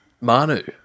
manu